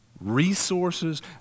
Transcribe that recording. resources